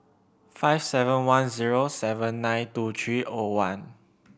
five seven one zero seven nine two three O one